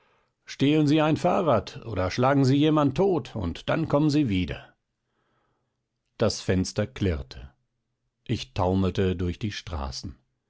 stehlen sie ein fahrrad oder schlagen sie jemand tot und dann kommen sie wieder das fenster klirrte ich taumelte durch die straßen